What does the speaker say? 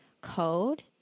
code